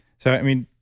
so i mean,